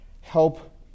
help